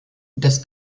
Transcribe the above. das